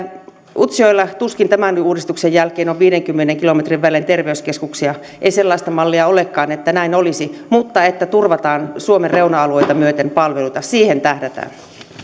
utsjoella tuskin tämän uudistuksen jälkeen on viidenkymmenen kilometrin välein terveyskeskuksia ei sellaista mallia olekaan että näin olisi mutta että turvataan suomen reuna alueita myöten palveluita siihen tähdätään ministeri